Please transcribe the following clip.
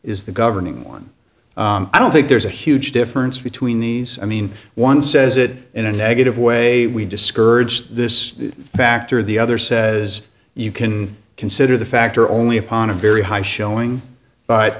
is the governing one i don't think there's a huge difference between these i mean one says it in a negative way we discouraged this factor the other says you can consider the factor only upon a very high showing